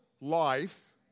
life